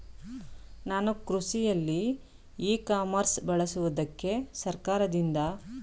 ನಾನು ಕೃಷಿಯಲ್ಲಿ e commerce ಬಳಸುವುದಕ್ಕೆ ಸರ್ಕಾರದಿಂದ ಯಾವುದಾದರು ಸವಲತ್ತು ಮತ್ತು ಷರತ್ತುಗಳಿವೆಯೇ?